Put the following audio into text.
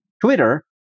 Twitter